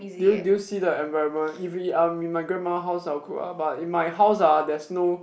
do you do you see the environment if we are in my grandma house I will cook ah but in my house uh there's no